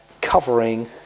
covering